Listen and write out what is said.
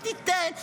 היא תיתן,